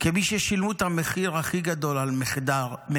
כמי ששילמו את המחיר הכי גדול על מחדל,